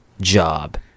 job